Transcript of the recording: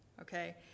okay